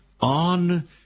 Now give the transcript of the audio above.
on